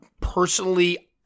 personally